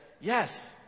yes